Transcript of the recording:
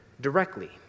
directly